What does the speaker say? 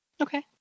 Okay